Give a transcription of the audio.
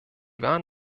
waren